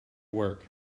work